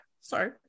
Sorry